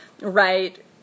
right